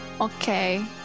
Okay